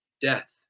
death